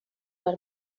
per